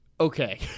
Okay